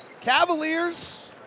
Cavaliers